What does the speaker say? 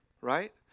right